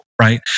right